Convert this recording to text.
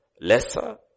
lesser